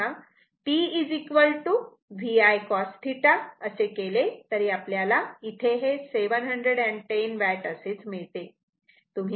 तेव्हा P VI cos θ असे केले तरी आपल्याला इथे हे 710 वॅट असेच मिळते